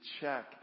check